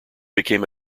became